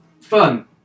Fun